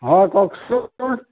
অঁ কওকচোন